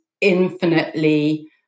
infinitely